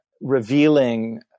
revealing